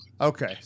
Okay